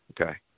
Okay